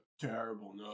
terrible